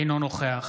אינו נוכח